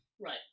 Right